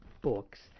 books